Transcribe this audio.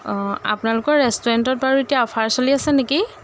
অঁ আপোনালোকৰ ৰেষ্টুৰেণ্টত বাৰু এতিয়া অফাৰ চলি আছে নেকি